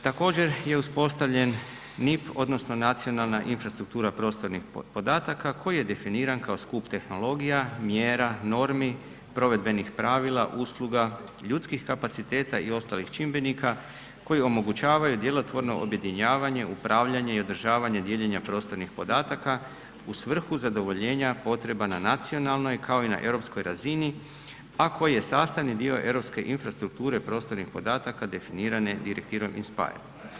Također je uspostavljen NIP odnosno nacionalna infrastruktura prostornih podataka koji koje definiran kao skup tehnologija, mjera, normi, provedbenih pravila, usluga, ljudskih kapaciteta i ostalih čimbenika koji omogućavaju djelotvorno objedinjavanje, upravljanje i održavanje dijeljena prostornih podatak u svrhu zadovoljenja potreba na nacionalnoj kao i na europskoj razini, a koji je sastavni dio europske infrastrukture prostornih podataka definirane Direktivom INSPIRE.